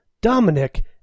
Dominic